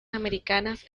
americanas